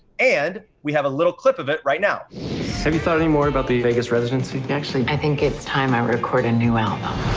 and we have a little clip of it right now. have you thought any more about the vegas residency? actually, i think it's time i record a new album.